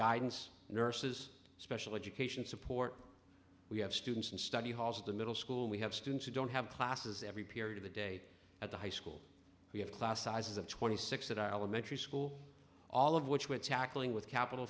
guidance nurses special education support we have students in study halls of the middle school we have students who don't have classes every period of the day at the high school we have class sizes of twenty six that are elementary school all of which we're tackling with capital